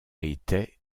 était